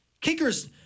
Kickers